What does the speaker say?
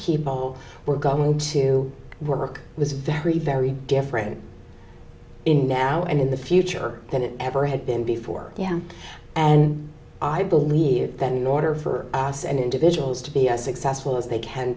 people were going to work was very very different in now and in the future than it ever had been before yeah and i believe that in order for us and individuals to be as successful as they can